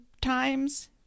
times